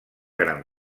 gran